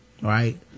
right